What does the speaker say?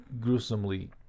gruesomely